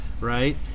right